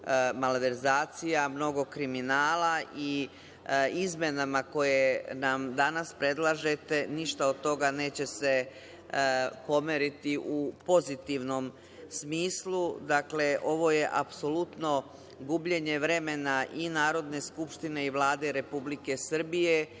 malverzacija, mnogo kriminala i izmenama koje nam danas predlažete ništa od toga neće se pomeriti u pozitivnom smislu. Dakle, ovo je apsolutno gubljenje vremena i Narodne skupštine i Vlade Republike Srbije